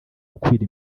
gukwira